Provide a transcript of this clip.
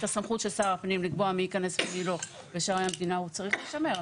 הסמכות של שר הפנים לקבוע מי ייכנס ומי לא לשערי המדינה צריך להישמר.